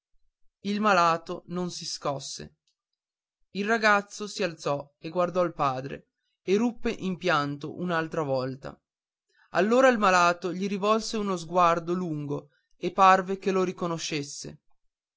il malato non si scosse il ragazzo si rialzò e guardò il padre e ruppe in pianto un'altra volta allora il malato gli rivolse uno sguardo lungo e parve che lo riconoscesse